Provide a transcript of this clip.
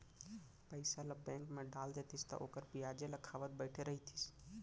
पइसा ल बेंक म डाल देतिस त ओखर बियाजे ल खावत बइठे रहितिस